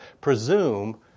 presume